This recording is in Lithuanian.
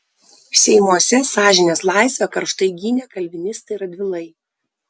seimuose sąžinės laisvę karštai gynė kalvinistai radvilai